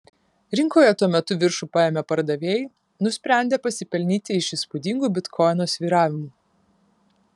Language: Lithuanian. rinkoje tuo metu viršų paėmė pardavėjai nusprendę pasipelnyti iš įspūdingų bitkoino svyravimų